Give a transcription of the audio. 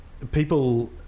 People